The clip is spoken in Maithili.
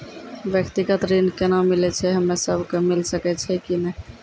व्यक्तिगत ऋण केना मिलै छै, हम्मे सब कऽ मिल सकै छै कि नै?